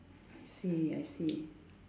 I see I see